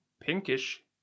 pinkish